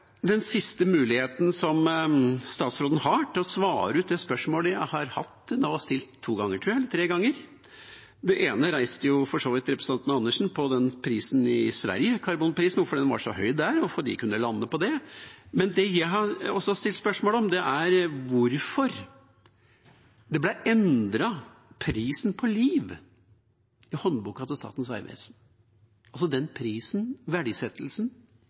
den siste muligheten som statsråden har til å svare ut det spørsmålet jeg har hatt til ham. Jeg har stilt det to–tre ganger, tror jeg. Det ene reiste for så vidt representanten Andersen, om karbonprisen i Sverige, om hvorfor den var så høy der, hvorfor de kunne lande på det. Det jeg også har stilt spørsmål om, er hvorfor prisen på liv ble endret i håndboka til Statens vegvesen. Prisen, verdisettelsen,